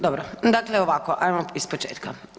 Dobro, dakle ovako, ajmo ispočetka.